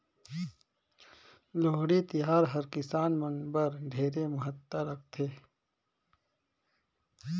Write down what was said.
लोहड़ी तिहार हर किसान मन बर ढेरे महत्ता राखथे